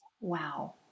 Wow